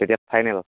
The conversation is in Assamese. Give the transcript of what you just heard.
তেতিয়া ফাইনেল